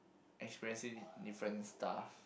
express in different stuff